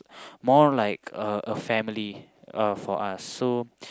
more like a a family uh for us so